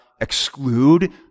exclude